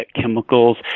chemicals